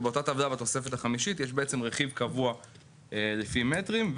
אז יש בעצם רכיב קבוע לפי מטרים,